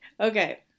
Okay